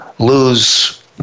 lose